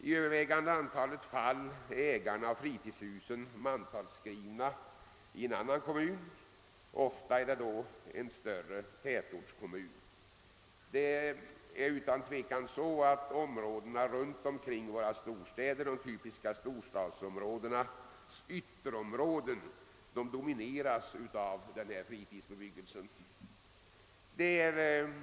I övervägande antalet fall är ägarna av fritidshusen mantalsskrivna i en annan kommun, oftast en större tätortskommun. Områdena runt våra storstäder — de yttre delarna av de typiska storstadsregionerna domineras av fritidsbebyggelse.